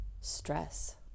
stress